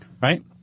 right